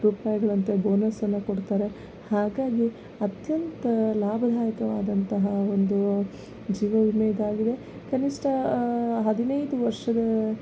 ರೂಪಾಯಿಗಳಂತೆ ಬೋನಸನ್ನು ಕೊಡ್ತಾರೆ ಹಾಗಾಗಿ ಅತ್ಯಂತ ಲಾಭದಾಯಕವಾದಂತಹ ಒಂದು ಜೀವವಿಮೆ ಇದಾಗಿದೆ ಕನಿಷ್ಠ ಹದಿನೈದು ವರ್ಷದ